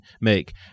make